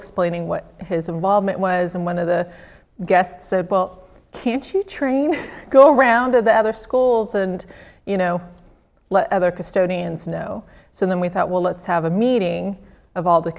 explaining what his involvement was and one of the guests said well can't you train go around of the other schools and you know let other custodians know so then we thought well let's have a meeting of all the